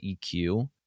eq